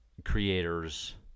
creators